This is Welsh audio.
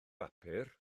bapur